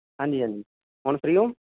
ਹਾਂਜੀ ਹਾਂਜੀ ਹੁਣ ਫਰੀ ਹੋ